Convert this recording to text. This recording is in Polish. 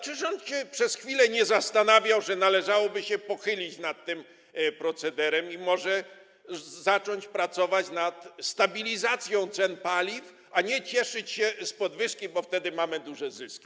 Czy rząd przez chwilę się nie zastanawiał, że należałoby się pochylić nad tym procederem i może zacząć pracować nad stabilizacją cen paliw, a nie cieszyć się z podwyżki, bo wtedy mamy duże zyski?